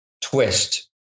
twist